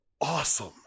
Awesome